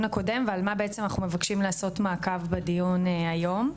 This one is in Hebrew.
הקודם ועל מה בעצם אנחנו מבקשים לעשות מעקב בדיון היום.